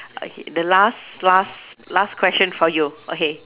okay the last last last question for you okay